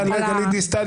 גלית דיסטל.